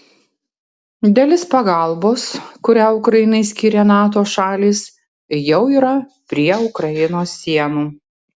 dalis pagalbos kurią ukrainai skyrė nato šalys jau yra prie ukrainos sienų